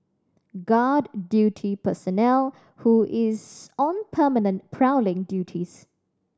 guard duty personnel who is on permanent prowling duties